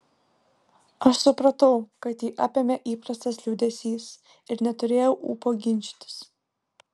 aš supratau kad jį apėmė įprastas liūdesys ir neturėjau ūpo ginčytis